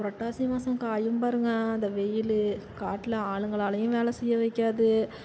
புரட்டாசி மாதம் காயும் பாருங்கள் அந்த வெயில் காட்டில் ஆளுங்களாலையும் வேலை செய்ய வைக்காது